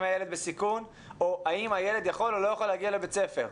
הילד בסיכון או האם הילד יכול או לא יכול להגיע לבית ספר,